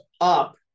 up